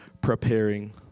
preparing